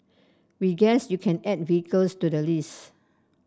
we guess you can add vehicles to the list